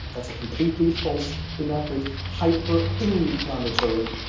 that's a completely false, inaccurate, hyper inflammatory